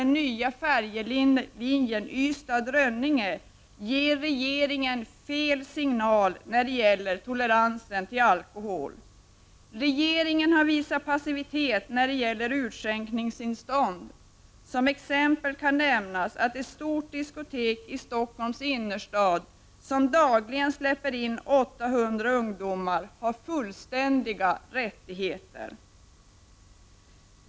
Regeringen har visat passivitet när det gäller utskänkningstillstånd. Som exempel kan nämnas att ett stort diskotek i Stockholms innerstad som dagligen släpper in 800 ungdomar har fullständiga rättigheter.